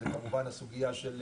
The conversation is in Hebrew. זו כמובן הסוגיות של